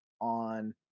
on